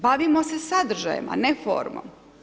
Bavimo se sadržajem, a ne formom.